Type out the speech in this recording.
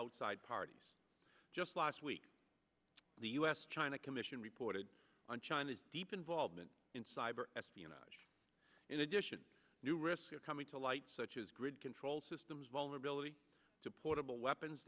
outside parties just last week the us china commission reported on china's deep involvement in cyber espionage in addition new risks are coming to light such as grid control systems vulnerability to portable weapons